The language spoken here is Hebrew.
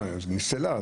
היא נפסלה.